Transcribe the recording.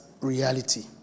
reality